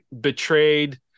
betrayed